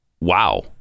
Wow